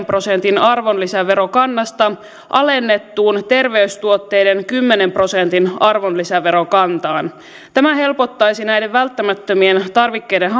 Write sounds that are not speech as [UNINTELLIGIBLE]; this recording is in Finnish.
[UNINTELLIGIBLE] prosentin arvonlisäverokannasta alennettuun terveystuotteiden kymmenen prosentin arvonlisäverokantaan tämä helpottaisi näiden välttämättömien tarvikkeiden [UNINTELLIGIBLE]